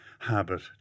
Habit